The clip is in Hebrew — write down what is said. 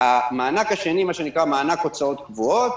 המענק השני, מה שנקרא "מענק הוצאות קבועות",